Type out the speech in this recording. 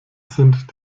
sind